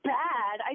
bad